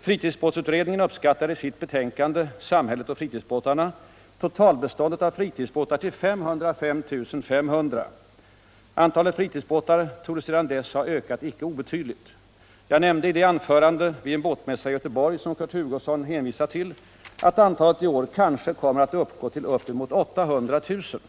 Fritidsbåtsutredningen uppskattade i sitt betänkande Samhället och fritidsbåtarna totalbeståndet av fritidsbåtar ull 505 500. Antalet fritidsbåtar torde sedan dess ha ökat icke obetydligt. Jag nämnde i det anförande vid en båtmässa i Göteborg som Kun Hugosson hänvisat till att antalet i år kanske kommer att uppgå till uppemot 800 000.